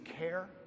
care